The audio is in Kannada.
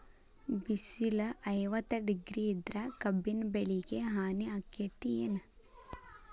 ಬಿಸಿಲ ಐವತ್ತ ಡಿಗ್ರಿ ಇದ್ರ ಕಬ್ಬಿನ ಬೆಳಿಗೆ ಹಾನಿ ಆಕೆತ್ತಿ ಏನ್?